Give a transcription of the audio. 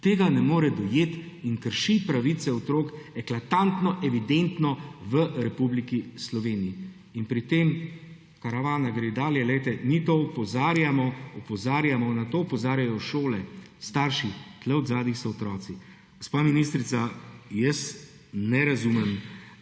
tega ne more dojeti in krši pravice otrok eklatantno, evidentno v Republiki Sloveniji. In pri tem karavana gre dalje. Mi na to opozarjamo, opozarjamo. Na to opozarjajo šole, starši. Tu zadaj so otroci. Gospa ministrica, jaz ne razumem,